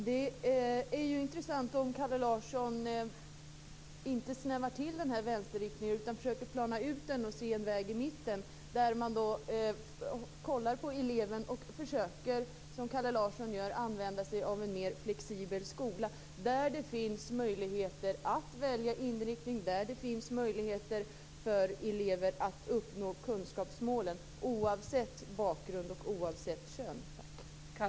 Fru talman! Det är intressant om Kalle Larsson inte snävar till vänsterinriktningen utan försöker plana ut den och se en väg i mitten där man ser på eleven och försöker, som Kalle Larsson gör, att använda sig av en mer flexibel skola. Där finns det möjligheter att välja inriktning och möjligheter för elever att uppnå kunskapsmålen oavsett bakgrund och kön.